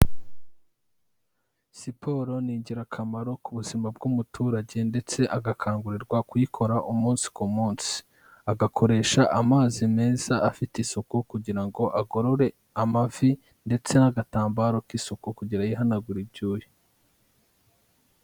Siporo ni ingirakamaro ku buzima bw'umuturage ndetse agakangurirwa kuyikora umunsi ku munsi, agakoresha amazi meza afite isuku kugira ngo agorore amavi ndetse n'agatambaro k'isuku kugira yihanagura ibyuya.